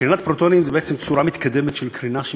קרינת פרוטונים היא בעצם צורה מתקדמת של הקרנה,